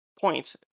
point